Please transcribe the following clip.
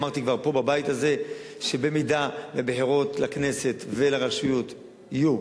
אמרתי כבר פה בבית הזה שבמידה שהבחירות לכנסת ולרשויות יהיו